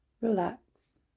relax